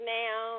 now